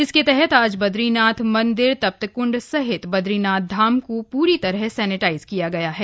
जिसके तहत आज बद्रीनाथ मंदिर तप्त कुंड सहित बद्रीनाथ धाम को पूरी तरह सेनेटाइज किया गया है